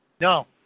No